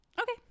Okay